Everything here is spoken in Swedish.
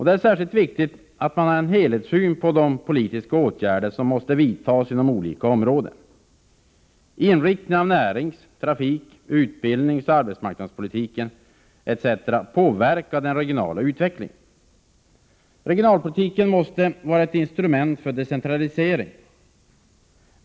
Det är särskilt viktigt att man har en helhetssyn på de politiska åtgärder som måste vidtas inom olika områden. Inriktningen av närings-, trafik-, utbildningsoch arbetsmarknadspolitiken etc. påverkar den regionala utvecklingen. Regionalpolitiken måste vara ett instrument för decentralisering.